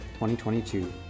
2022